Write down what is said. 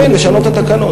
כן, לשנות את התקנות.